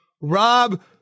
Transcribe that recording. Rob